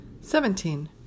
Seventeen